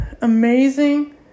amazing